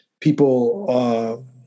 people